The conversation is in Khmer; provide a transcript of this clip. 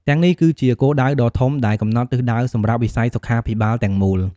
ទាំងនេះគឺជាគោលដៅដ៏ធំដែលកំណត់ទិសដៅសម្រាប់វិស័យសុខាភិបាលទាំងមូល។